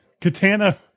Katana